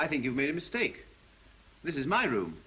i think you made a mistake this is my room